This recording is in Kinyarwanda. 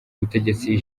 ubutegetsi